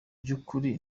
byukuri